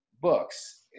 books